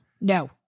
No